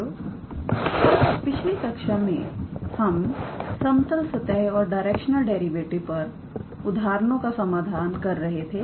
तोपिछली कक्षा में हम समतल सतह और डायरेक्शनल डेरिवेटिव पर उदाहरणों का समाधान कर रहे थे